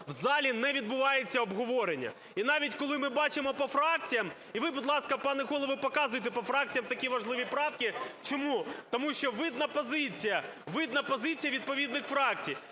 в залі не відбувається обговорення. І навіть, коли ми бачимо по фракціям, і ви, будь ласка, пане Голово, показуйте по фракціях такі важливі правки. Чому? Тому що видна позиція, видна позиція